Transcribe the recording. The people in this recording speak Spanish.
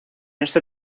este